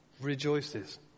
rejoices